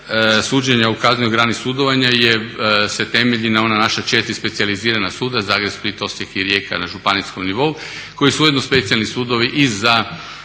suđenja u kaznenoj grani sudovanja se temelji na ona naša 4 specijalizirana suda Zagreb, Split, Osijek i Rijeka na županijskom nivou koji su ujedno specijalni sudovi i za